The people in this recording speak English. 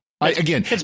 Again